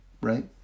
right